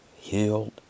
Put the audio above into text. healed